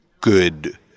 good